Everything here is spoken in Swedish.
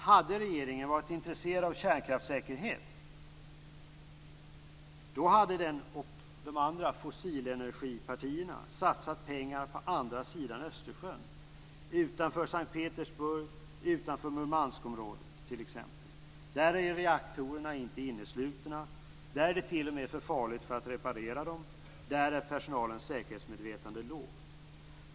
Om regeringen hade varit intresserad av kärnkraftssäkerhet hade den och de andra fossilenergipartierna satsat pengarna på andra sidan Östersjön, utanför t.ex. Sankt Petersburg och utanför Murmanskområdet. Där är reaktorerna inte inneslutna. Där är de t.o.m. för farliga för att repareras. Där är personalens säkerhetsmedvetande lågt.